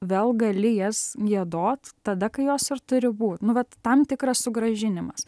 vėl gali jas giedot tada kai jos ir turi būt nu vat tam tikras sugrąžinimas